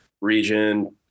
region